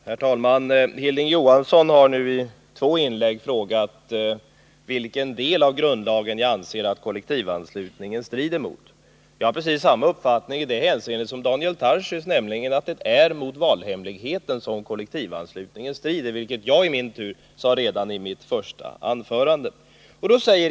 Herr talman! Hilding Johansson har nu i två inlägg frågat vilken del av grundlagen jag anser att kollektivanslutningen strider emot. Jag har precis samma uppfattning i det hänseendet som Daniel Tarschys, nämligen att det är mot valhemligheten som kollektivanslutningen strider, vilket jag i min tur sade redan i mitt första anförande.